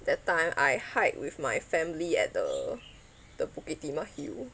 that time I hike with my family at the the bukit timah hill